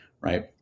Right